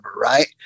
Right